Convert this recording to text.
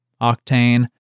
Octane